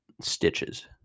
stitches